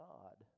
God